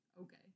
Okay